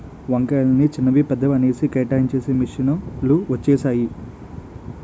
వంకాయలని చిన్నవి పెద్దవి అనేసి కేటాయించేసి మిషన్ లు వచ్చేసాయి